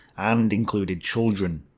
and included children.